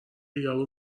یارو